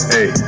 Hey